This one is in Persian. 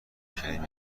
کردیم